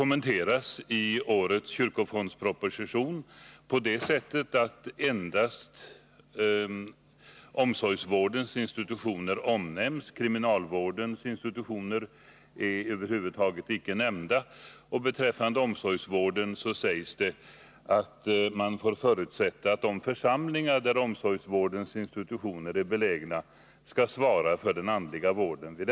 Men i årets kyrkofondsproposition omnämns endast omsorgsvårdens institutioner. Kriminalvårdens institutioner finns över huvud taget inte med. Det framhålls att man får förutsätta att de församlingar som finns på de orter där omsorgsvårdens institutioner är belägna skall svara för den andliga vården där.